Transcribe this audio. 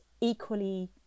equally